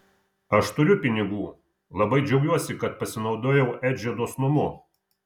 aš turiu pinigų labai džiaugiuosi kad pasinaudojau edžio dosnumu